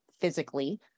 physically